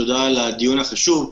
תודה על הדיון החשוב.